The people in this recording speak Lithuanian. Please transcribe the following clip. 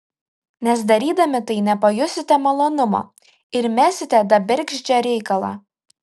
nes darydami tai nepajausite malonumo ir mesite tą bergždžią reikalą